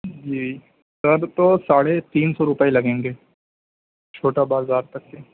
جی sir تو ساڑھے تین سو روپئے لگیں گے چھوٹا بازار تک کے